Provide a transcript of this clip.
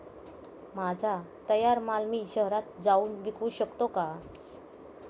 माझा तयार माल मी शहरात जाऊन विकू शकतो का?